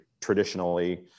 traditionally